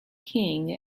king